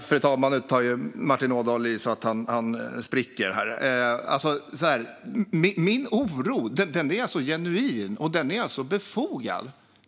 Fru talman! Nu tar Martin Ådahl i så att han spricker. Min oro är genuin och befogad.